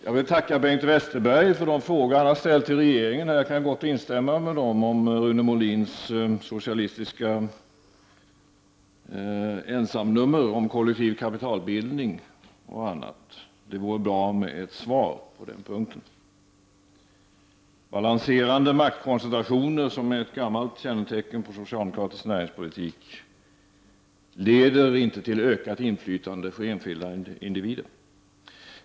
Jag vill också tacka Bengt Westerberg för de frågor han har ställt till regeringen — och jag kan gott instämma i dem — om Rune Molins socialistiska ensamnummer om kollektiv kapitalbildning och annat. Det vore bra med ett svar på den punkten. Balanserande maktkoncentrationer, som är ett gammalt kännetecken på socialdemokratisk näringspolitik, leder inte till ökat inflytande för enskilda individer.